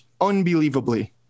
unbelievably